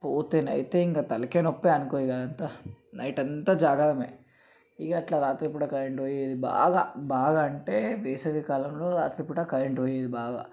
పోతే అయితే ఇంకా తలకాయ నొప్పే అనుకో ఇక అంతా నైట్ అంతా జాగారమే ఇక అట్లా రాత్రిపూట కరెంటు పోయేది బాగా బాగా అంటే వేసవికాలంలో రాత్రిపూట కరెంటు పోయేది బాగా